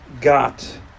got